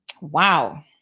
Wow